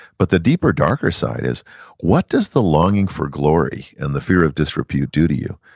but the deeper darker side is what does the longing for glory, and the fear of disrepute do to you?